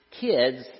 Kids